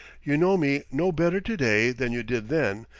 you know me no better to-day than you did then,